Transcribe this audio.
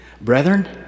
Brethren